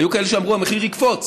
היו כאלה שאמרו: המחיר יקפוץ.